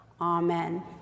Amen